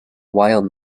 while